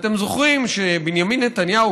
אתם זוכרים שבנימין נתניהו,